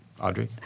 Audrey